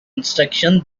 instructions